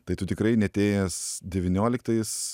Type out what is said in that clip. tai tu tikrai neatėjęs devynioliktais